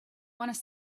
wanta